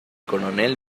coronel